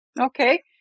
okay